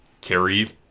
carry